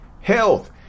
health